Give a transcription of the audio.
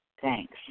Thanks